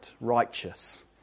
righteous